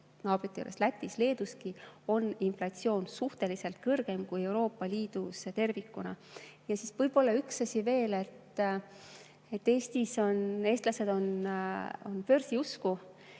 juures Lätis ja Leeduski on inflatsioon suhteliselt kõrgem kui Euroopa Liidus tervikuna. Võib-olla üks asi veel. Eestlased on börsiusku.